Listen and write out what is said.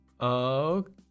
Okay